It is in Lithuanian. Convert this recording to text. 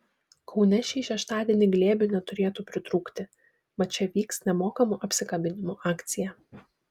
kaune šį šeštadienį glėbių neturėtų pritrūkti mat čia vyks nemokamų apsikabinimų akcija